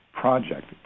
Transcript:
project